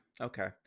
Okay